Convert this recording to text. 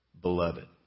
beloved